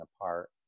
apart